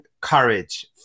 courage